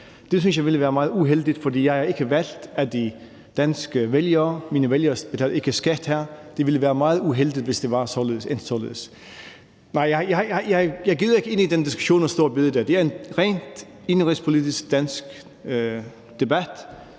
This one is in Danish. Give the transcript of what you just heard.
jeg ville være meget uheldigt, for jeg er ikke valgt af de danske vælgere. Mine vælgere betaler ikke skat her. Det ville være meget uheldigt, hvis det var endt således. Nej, jeg gider ikke ind i den diskussion om store bededag. Det er en ren indenrigspolitisk dansk debat.